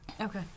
Okay